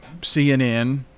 CNN